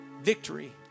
victory